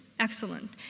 Excellent